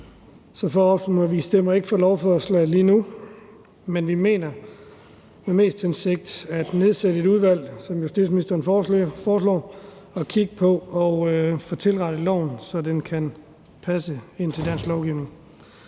Så for at opsummere stemmer vi ikke for lovforslaget lige nu, men vi mener, det kan være hensigtsmæssigt at nedsætte et udvalg, som justitsministeren foreslår, og kigge på at få tilrettet loven, så den kan passe ind i dansk lovgivning.